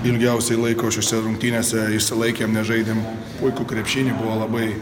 ilgiausiai laiko šiose rungtynėse išsilaikėm nes žaidėm puikų krepšinį buvo labai